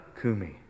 Kumi